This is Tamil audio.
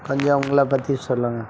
கொஞ்சம் உங்களை பற்றி சொல்லுங்கள்